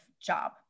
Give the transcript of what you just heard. job